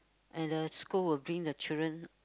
and the